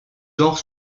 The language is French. genre